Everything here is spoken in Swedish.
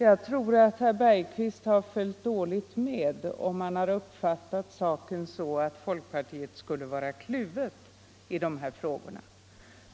Jag tror att herr Bergqvist har följt med dåligt om han har uppfattat saken så att folkpartiet skulle vara kluvet i dessa frågor.